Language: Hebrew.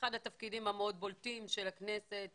התפקידים הבולטים מאוד של הכנסת